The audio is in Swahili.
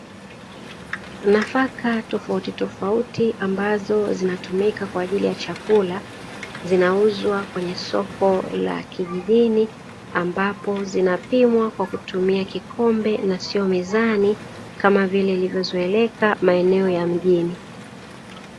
Nafaka tofauti tofauti ambazo zinatumika kwa ajili ya chakula, zinauzwa kwenye soko la kijijini ambapo zinapimwa kwa kutumia kikombe na sio mizani kama vile ilivyozoeleka maeneo ya mjini.